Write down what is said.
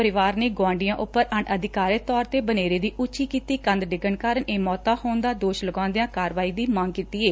ਪਰਿਵਾਰ ਨੇ ਗੁਆਂਢੀਆਂ ਉਂਪਰ ਅਧਿਕਾਰਤ ਤੌਰ ਤੇ ਬਨੇਰੇ ਦੀ ਉਂਚੀ ਕੀਤੀ ਕੰਧ ਡਿੱਗਣ ਕਾਰਨ ਇਹ ਮੌਤਾਂ ਹੋਣ ਦਾ ਦੋਸ਼ ਲਗਾਉਂਦਿਆਂ ਕਾਰਵਾਈ ਦੀ ਮੰਗ ਕੀਤੀ ਏ